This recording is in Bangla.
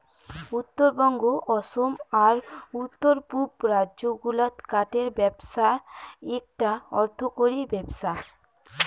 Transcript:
উত্তরবঙ্গ, অসম আর উত্তর পুব রাজ্য গুলাত কাঠের ব্যপছা এ্যাকটা অর্থকরী ব্যপছা